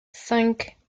cinq